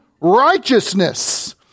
righteousness